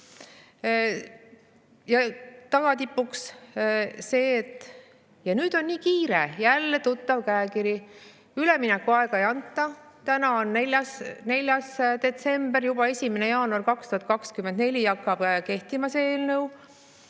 Ja tagatipuks see, et nüüd on nii kiire. Jälle tuttav käekiri, üleminekuaega ei anta. Täna on 4. detsember. 1. jaanuar 2024 hakkab kehtima see [seadus].